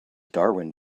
darwin